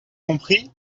compris